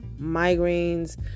migraines